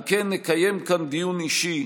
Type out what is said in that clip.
על כן נקיים כאן דיון אישי,